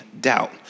doubt